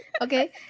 Okay